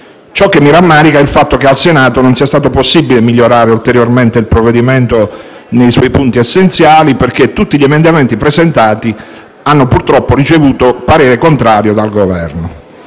Mi rammarica è il fatto che al Senato non sia stato possibile migliorare ulteriormente il provvedimento nei suoi punti essenziali, perché tutti gli emendamenti presentati hanno purtroppo ricevuto parere contrario dal Governo.